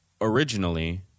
Originally